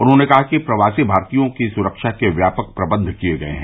उन्होंने कहा कि प्रवासी भारतीयों की सुरक्षा के व्यापक प्रबंध किये गये हैं